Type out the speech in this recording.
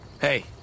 Hey